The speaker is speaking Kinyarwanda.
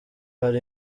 hari